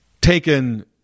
taken